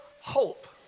hope